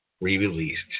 Re-released